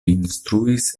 instruis